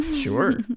Sure